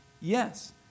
yes